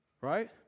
right